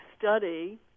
study